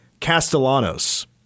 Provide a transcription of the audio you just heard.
Castellanos